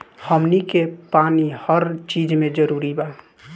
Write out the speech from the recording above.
हमनी के पानी हर चिज मे जरूरी बा